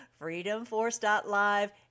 freedomforce.live